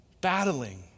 battling